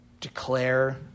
declare